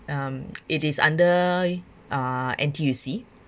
um it is under uh N_T_U_C